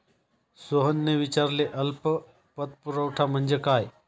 सोहनने विचारले अल्प पतपुरवठा म्हणजे काय?